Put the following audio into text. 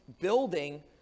building